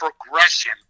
progression